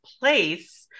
place